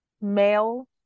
male